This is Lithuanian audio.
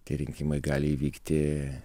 tie rinkimai gali įvykti